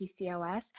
PCOS